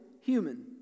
human